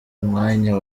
umwanya